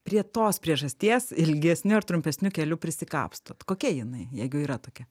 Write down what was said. prie tos priežasties ilgesniu ar trumpesniu keliu prisikapstot kokia jinai jeigu yra tokia